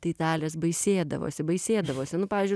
tai italės baisėdavosi baisėdavosi nu pavyzdžiui